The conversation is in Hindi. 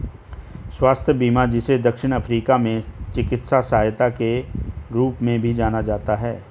स्वास्थ्य बीमा जिसे दक्षिण अफ्रीका में चिकित्सा सहायता के रूप में भी जाना जाता है